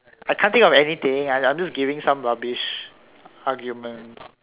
I can't think of anything I'm I'm giving some rubbish arguments